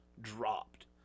dropped